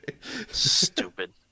Stupid